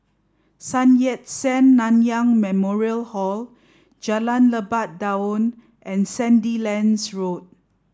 Sun Yat Sen Nanyang Memorial Hall Jalan Lebat Daun and Sandilands Road